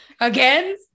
Again